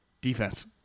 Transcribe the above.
defense